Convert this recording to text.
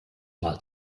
mal